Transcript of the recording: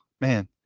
man